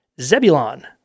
Zebulon